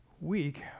week